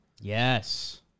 Yes